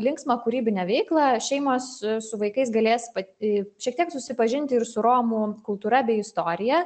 linksmą kūrybinę veiklą šeimos su vaikais galės pati šiek tiek susipažinti ir su romų kultūra bei istorija